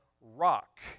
rock